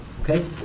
Okay